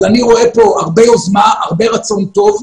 אבל אני רואה פה הרבה יוזמה ורצון טוב.